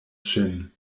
ŝin